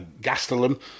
Gastelum